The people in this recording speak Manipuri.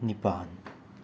ꯅꯤꯄꯥꯟ